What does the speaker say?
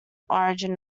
origin